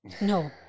No